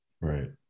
right